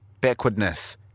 backwardness